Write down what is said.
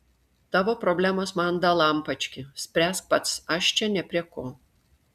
tavo problemos man dalampački spręsk pats aš čia ne prie ko